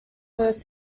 first